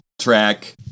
track